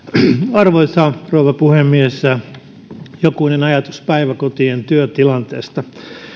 arvoisa rouva puhemies jokunen ajatus päiväkotien työtilanteesta